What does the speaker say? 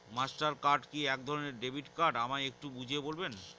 Master card কি একধরণের debit card আমায় একটু বুঝিয়ে বলবেন?